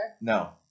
No